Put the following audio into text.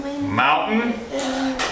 mountain